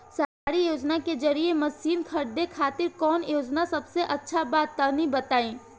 सरकारी योजना के जरिए मशीन खरीदे खातिर कौन योजना सबसे अच्छा बा तनि बताई?